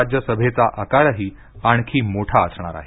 राज्यसभेचा आकारही आणखी मोठा असणार आहे